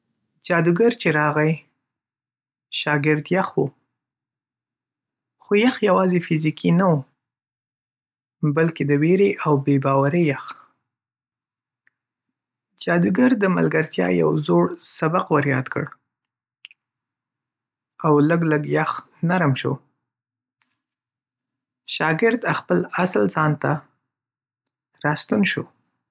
جادوګر چې راغی، شاګرد یې یخ وو. خو یخ یوازې فزیکي نه و، بلکې د ویرې او بې‌باورۍ یخ. جادوګر د ملګرتیا یو زوړ سبق ور یاد کړ، او لږ لږ، یخ نرم شو، شاګرد خپل اصل ځان ته راستون شو.